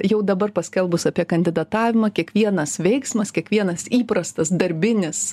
jau dabar paskelbus apie kandidatavimą kiekvienas veiksmas kiekvienas įprastas darbinis